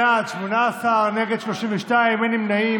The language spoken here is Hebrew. בעד, 18, נגד, 32, אין נמנעים.